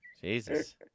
Jesus